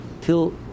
Till